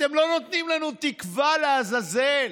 אתם לא נותנים לנו תקווה, לעזאזל.